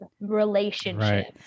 relationship